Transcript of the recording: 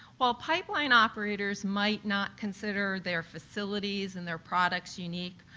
while pipeline operators might not consider their facilities and their products unique,